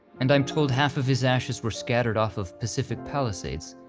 and i'm told half of his ashes were scattered off of pacific palisades,